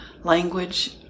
language